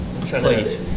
plate